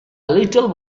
little